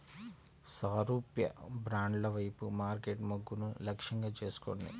సారూప్య బ్రాండ్ల వైపు మార్కెట్ మొగ్గును లక్ష్యంగా చేసుకోండి